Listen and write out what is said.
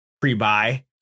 pre-buy